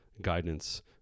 guidance